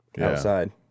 Outside